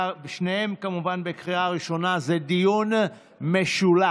שניהם כמובן לקריאה ראשונה, זה דיון משולב.